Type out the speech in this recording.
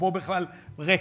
רובו בכלל ריק,